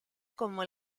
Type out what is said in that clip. como